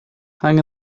hung